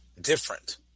different